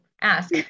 Ask